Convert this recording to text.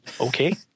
okay